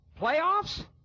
playoffs